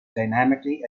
dynamically